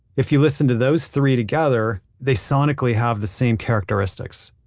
if you listen to those three together, they sonically have the same characteristics.